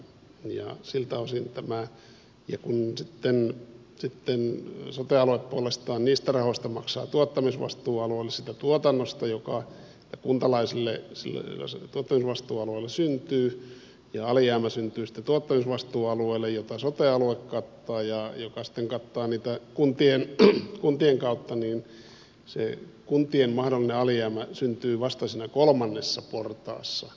ja kun sitten sote alue puolestaan niistä rahoista maksaa tuottamisvastuualueelle siitä tuotannosta joka kuntalaisille sillä tuottamisvastuualueella syntyy ja alijäämä syntyy sitten tuottamisvastuualueelle jota sote alue kattaa ja joka sitten kattaa niitä kuntien kautta niin se kuntien mahdollinen alijäämä syntyy vasta siinä kolmannessa portaassa